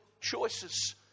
choices